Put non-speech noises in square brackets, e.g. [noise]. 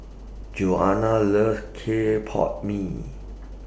[noise] Joana loves Clay Pot Mee